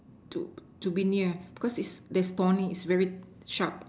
to to be near because is there's thorny its very sharp